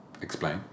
Explain